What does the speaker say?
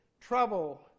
trouble